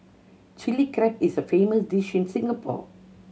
Chilli Crab is a famous dish in Singapore